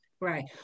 Right